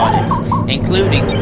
including